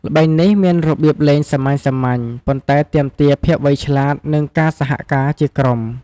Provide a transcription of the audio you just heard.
ល្បែងនេះមានរបៀបលេងសាមញ្ញៗ ប៉ុន្តែទាមទារភាពវៃឆ្លាត និងការសហការជាក្រុម។